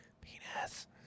penis